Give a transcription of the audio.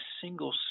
single